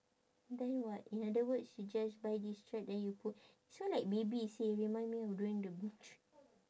then what in other words you just buy this shirt then you put this one like baby seh remind me of doing the brooch